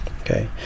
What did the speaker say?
okay